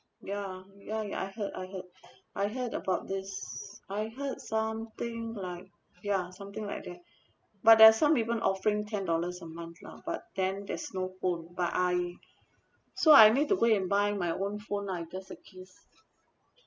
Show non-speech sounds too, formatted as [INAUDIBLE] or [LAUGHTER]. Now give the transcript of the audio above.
ya mm ya ya I heard I heard [BREATH] I heard about this I heard something like ya something like that but there are some even offering ten dollars a month lah but then there's no phone but I so I need to go and buy my own phone lah in just the case